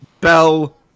bell